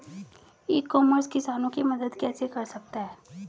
ई commerce किसानों की मदद कैसे कर सकता है?